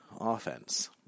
offense